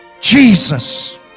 Jesus